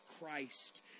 Christ